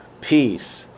peace